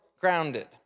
grounded